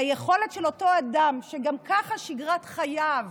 ליכולת של אותו אדם, שגם ככה שגרת חייו